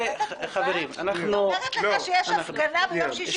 חברים --- היא אומרת לך שיש הפגנה ביום שישי